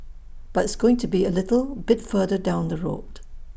but it's going to be A little bit further down the road